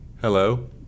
Hello